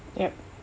yup